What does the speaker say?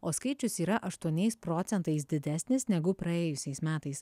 o skaičius yra aštuoniais procentais didesnis negu praėjusiais metais